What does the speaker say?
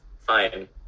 fine